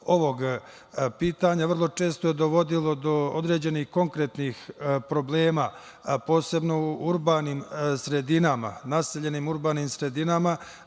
ovog pitanja dovodilo do određenih konkretnih problema, posebno u urbanim sredinama, naseljenim urbanim sredinama,